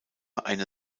eine